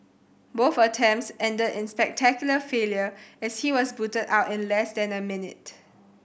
both attempts ended in spectacular failure as he was booted out in less than a minute